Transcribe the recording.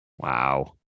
Wow